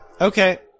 Okay